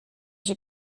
się